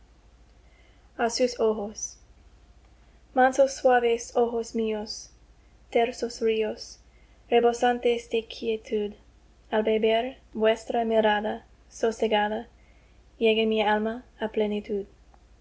a sus ojos mansos suaves ojos míos tersos ríos rebosantes de quietud al beber vuestra mirada sosegada llega mi alma á plenitud